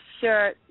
sure